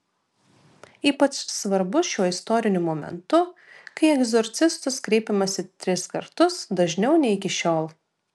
ypač svarbus šiuo istoriniu momentu kai į egzorcistus kreipiamasi tris kartus dažniau nei iki šiol